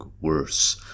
worse